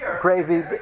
gravy